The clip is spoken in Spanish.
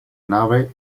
nave